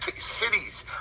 cities